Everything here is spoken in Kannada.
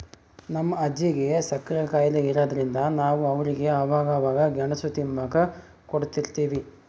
ನಮ್ ಅಜ್ಜಿಗೆ ಸಕ್ರೆ ಖಾಯಿಲೆ ಇರಾದ್ರಿಂದ ನಾವು ಅವ್ರಿಗೆ ಅವಾಗವಾಗ ಗೆಣುಸು ತಿಂಬಾಕ ಕೊಡುತಿರ್ತೀವಿ